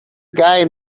guy